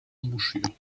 embouchure